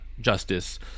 justice